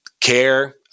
care